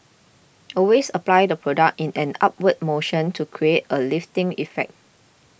always apply the product in an upward motion to create a lifting effect